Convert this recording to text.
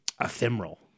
ephemeral